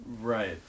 Right